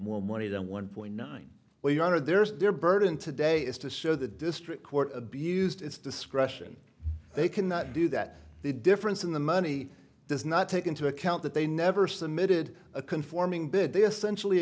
more money than one point nine well your honor there's their burden today is to show the district court abused its discretion they cannot do that the difference in the money does not take into account that they never submitted a conforming bid they essentially